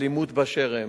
אלימות, באשר הם.